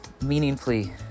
meaningfully